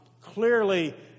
Clearly